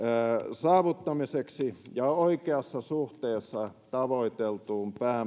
saavuttamiseksi ja oikeassa suhteessa tavoiteltuun